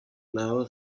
blauer